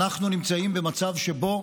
אנחנו נמצאים במצב שבו